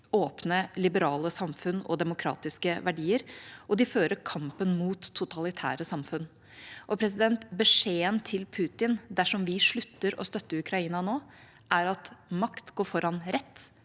åpne, liberale samfunn og demokratiske verdier, og de fører kampen mot totalitære samfunn. Beskjeden til Putin dersom vi slutter å støtte Ukraina nå, er at makt går foran rett,